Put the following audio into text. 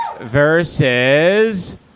versus